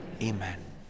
Amen